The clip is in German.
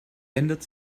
ändert